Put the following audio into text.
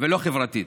ולא חברתית,